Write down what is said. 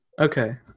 Okay